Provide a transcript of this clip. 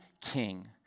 king